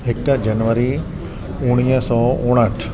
हिकु जनवरी उणिवीह सौ उणहठि